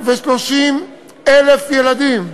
230,000 ילדים,